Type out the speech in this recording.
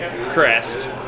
crest